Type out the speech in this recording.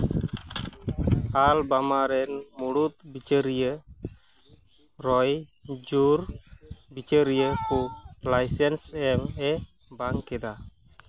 Alabama ᱨᱮᱱ ᱢᱩᱬᱩᱛ ᱵᱤᱪᱟᱹᱨᱤᱭᱟᱹ ᱨᱚᱭ ᱡᱩᱨ ᱵᱤᱪᱟᱹᱨᱤᱭᱟᱹ ᱠᱩ ᱞᱟᱭᱥᱮᱱᱥ ᱮᱢᱼᱮ ᱵᱟᱝ ᱠᱮᱫᱟ